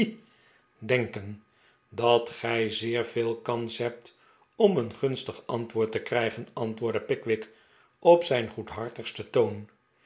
denken dat gij zeer veel kans hebt om een gunstig ant woord te krijgen antwoordde pickwick op zijn goedhartigsten toon